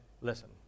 listen